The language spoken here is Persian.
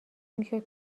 میشد